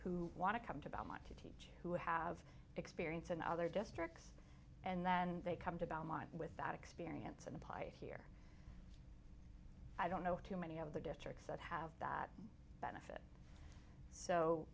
who want to come to belmont to teach who have experience in other districts and then they come to belmont with that experience and pite here i don't know too many of the districts that have that benefit so